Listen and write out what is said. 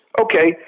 okay